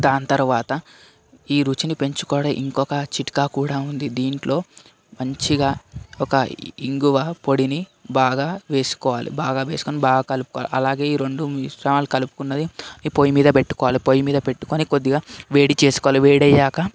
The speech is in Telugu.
దాని తరువాత ఈ రుచిని పెంచుకోవడం ఇంకొక చిట్కా కూడా ఉంది దీంట్లో మంచిగా ఒక ఇంగువ పొడిని బాగా వేసుకోవాలి బాగా వేసుకొని బాగా కలుపుకోవాలి అలాగే ఈ రెండు మిశ్రమాలు కలుపుకున్నది ఈ పొయ్యి మీద పెట్టుకోవాలి పోయి మీద పెట్టుకొని కొద్దిగా వేడి చేసుకోవాలి వేడి అయ్యాక